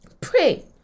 pray